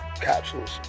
capsules